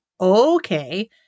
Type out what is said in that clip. Okay